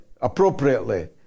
appropriately